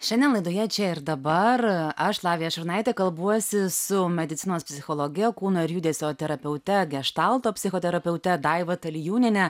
šiandien laidoje čia ir dabar aš lavija šurnaitė kalbuosi su medicinos psichologe kūno ir judesio terapeute geštalto psichoterapeute daiva talijūniene